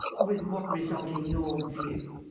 with what result, in your view?